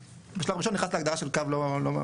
ובשלב הראשון אתה נכנס להגדרה של קו לא ממופה.